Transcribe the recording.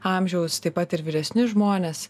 amžiaus taip pat ir vyresni žmonės